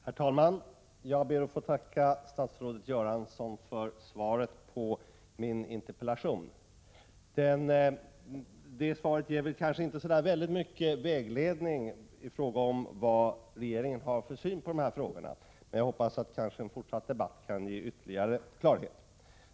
Herr talman! Jag ber att få tacka statsrådet Göransson för svaret på min interpellation. Svaret ger inte så mycket vägledning i fråga om vad regeringen har för syn på de här frågorna, men jag hoppas att en fortsatt debatt kan ge ytterligare klarhet.